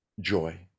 joy